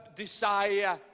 desire